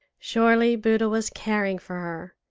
surely buddha was caring for her!